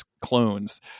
clones